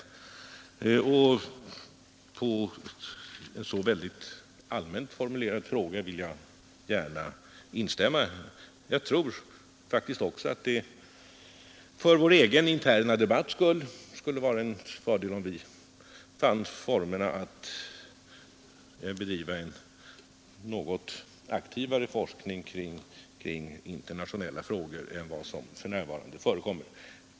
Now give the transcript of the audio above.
När det gäller en så pass allmänt formulerad fråga vill jag gärna instämma. Jag tror faktiskt också att det för vår egen interna debatts skull skulle vara en fördel om vi fann former för att bedriva en något aktivare forskning kring internationella frågor än vad som för närvarande förekommer.